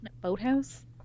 boathouse